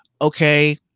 okay